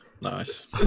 nice